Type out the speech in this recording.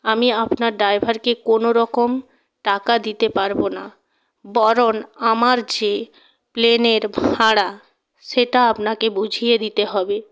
আমি আপনার ড্রাইভারকে কোনো রকম টাকা দিতে পারবো না বরন আমার যে প্লেনের ভাড়া সেটা আপনাকে বুঝিয়ে দিতে হবে